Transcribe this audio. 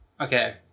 okay